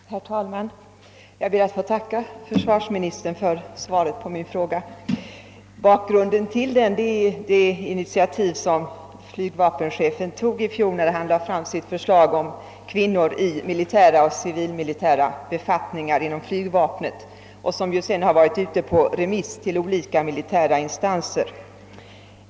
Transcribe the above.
Herr talman! Jag ber att få tacka försvarsministern för svaret på min fråga. Bakgrunden till frågan är det initiativ som flygvapenchefen tog i fjol, när han lade fram sitt förslag om kvinnor i militära och civilmilitära befattningar inom flygvapnet, vilket sedan varit ute på remiss hos olika militära instanser.